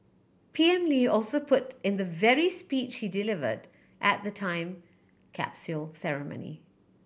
P M Lee also put in the very speech he delivered at the time capsule ceremony